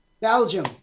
Belgium